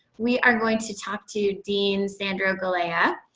we are going to talk to dean sandro galea,